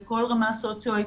בכל רמה סוציואקונומית,